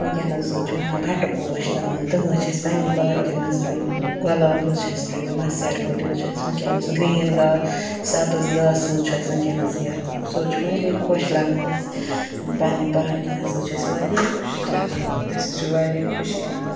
وٕنکیٚنَس حظ چھِ وَنان بَٹہٕ پوش تِمَن تِم حظ چھِ أسۍ پنٛنہِ پارکہِ منٛز رُومٕتۍ گۄلاب حظ چھِ اَسہِ رُومٕتۍ مَسہٕ یارِ کُلۍ حظ چھِ اَسہِ وٕنکیٚنَس گرٛیٖن گا سَبٕز گاسہٕ حظ چھُ اَسہِ وٕنکیٚنَس یَتھ سُہ حظ چھِ واریاہ خۄش لگان اَسہِ پنٛںہِ پارکہِ منٛز حظ چھِ اَسہِ واریاہ خوٚشی لگان أسی حظ چھِ واریاہ خوٚشی لگان